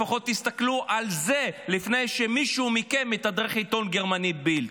לפחות תסתכלו על זה לפני שמישהו מכם מתדרך את העיתון הגרמני בילד.